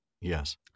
Yes